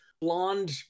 blonde